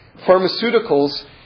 pharmaceuticals